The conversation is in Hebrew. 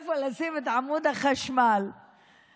שהיו עושים לנו אותו פעם אחר פעם,